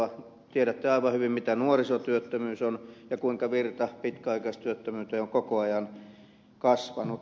tiedätte aivan hyvin mitä nuorisotyöttömyys on ja kuinka virta pitkäaikaistyöttömyyteen on koko ajan kasvanut